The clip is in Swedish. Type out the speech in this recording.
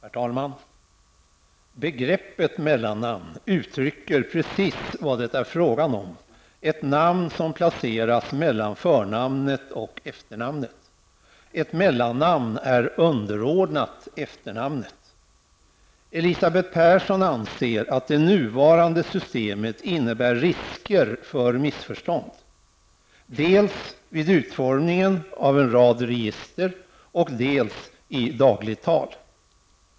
Herr talman! Begreppet mellannamn uttrycker precis vad det är fråga om, nämligen ett namn som placeras mellan förnamnet och efternamnet. Ett mellannamn är underordnat efternamnet. Elisabeth Persson anser att det nuvarande systemet innebär risker för missförstånd dels vid utformningen av en rad register, dels i dagligt tal.